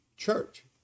Church